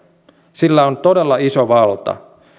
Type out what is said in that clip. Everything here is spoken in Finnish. sillä on todella iso valta